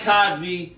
Cosby